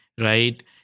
right